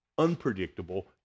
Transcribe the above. unpredictable